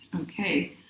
Okay